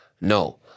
no